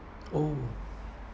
oh